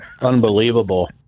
unbelievable